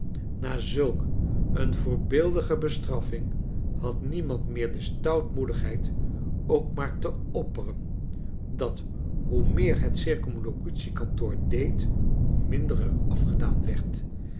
na zulk een voorbeeldige bestraffing had niemand meer de stoutmoedigheid ook maar te opperen dat hoe meer het circumlocutie kantoor deed hoe minder er afgedaan werd